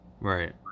Right